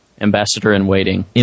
Ambassador-in-waiting